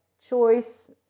choice